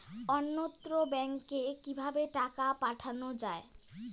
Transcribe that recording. অন্যত্র ব্যংকে কিভাবে টাকা পাঠানো য়ায়?